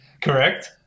Correct